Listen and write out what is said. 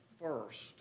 First